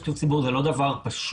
שיתוף ציבור הוא לא דבר פשוט.